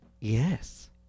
yes